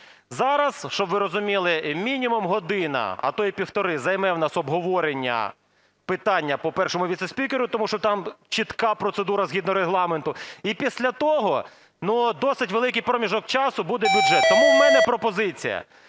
Зараз, щоб ви розуміли, мінімум година, а то і півтори займе в нас обговорення питання по першому віцеспікеру, тому що там чітка процедура згідно Регламенту, і після того досить великий проміжок часу буде бюджет. Тому в мене пропозиція